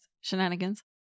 shenanigans